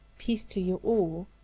peace to you all!